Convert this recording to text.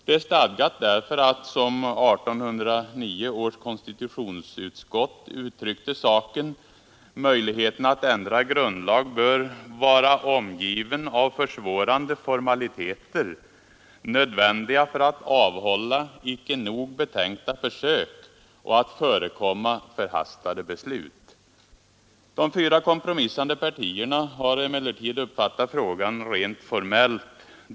Det är stadgat därför att, som 1809 års konstitutionsutskott uttryckte saken, möjligheten att ändra grundlag bör ”vara omgiven av försvårande formaliteter, nödvändiga för att avhålla icke nog betänkta försök och att förekomma förhastade beslut”. De fyra kompromissande partierna har emellertid uppfattat frågan rent formellt.